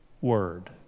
word